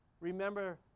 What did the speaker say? remember